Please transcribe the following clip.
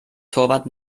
torwart